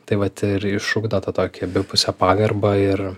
tai vat ir išugdo tą tokį abipusę pagarbą ir